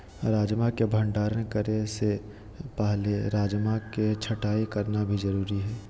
राजमा के भंडारण करे से पहले राजमा के छँटाई करना भी जरुरी हय